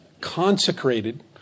consecrated